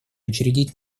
учредить